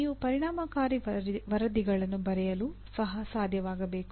ನೀವು ಪರಿಣಾಮಕಾರಿ ವರದಿಗಳನ್ನು ಬರೆಯಲು ಸಹ ಸಾಧ್ಯವಾಗಬೇಕು